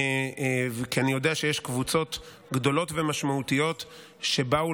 כי אני יודע שיש קבוצות גדולות ומשמעותיות שבאו